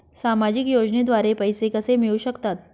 सामाजिक योजनेद्वारे पैसे कसे मिळू शकतात?